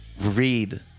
read